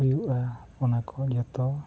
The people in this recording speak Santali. ᱦᱩᱭᱩᱜᱼᱟ ᱚᱱᱟ ᱠᱚ ᱡᱚᱛᱚ